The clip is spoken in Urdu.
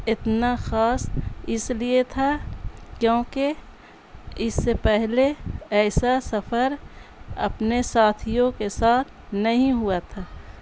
اتنا خاص اس لیے تھا کیونکہ اس سے پہلے ایسا سفر اپنے ساتھیوں کے ساتھ نہیں ہوا تھا